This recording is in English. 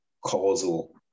causal